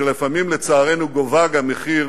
שלפעמים, לצערנו, גובה גם מחיר